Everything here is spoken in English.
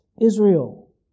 Israel